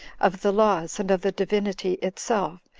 of the laws, and of the divinity itself,